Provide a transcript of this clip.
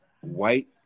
white